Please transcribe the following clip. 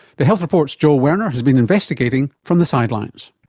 the health report's joel werner has been investigating from the sidelines.